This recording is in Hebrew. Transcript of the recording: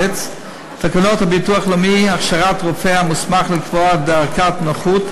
תקנות הביטוח הלאומי (הכשרת רופא המוסמך לקבוע דרגת נכות),